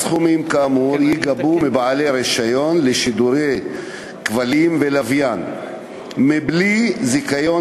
הסכומים כאמור ייגבו מבעלי רישיון לשידורי כבלים ולוויין בלי זיכיון